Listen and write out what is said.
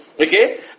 Okay